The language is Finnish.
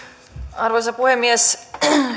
arvoisa puhemies